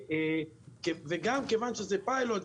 ומכיוון שזה פיילוט,